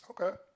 Okay